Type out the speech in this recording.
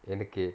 எனக்கு:enaku